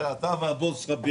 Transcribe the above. אתה מרוצה מעצמך?